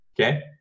Okay